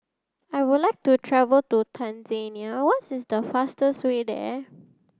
I would like to travel to Tanzania what's is the fastest way there